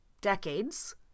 decades